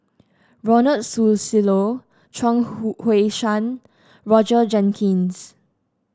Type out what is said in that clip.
Ronald Susilo Chuang Hui Tsuan Roger Jenkins